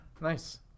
Nice